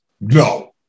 No